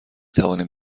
توانیم